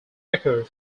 record